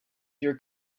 your